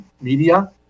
media